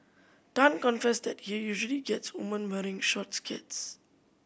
Tan confessed that he usually gets women wearing short skirts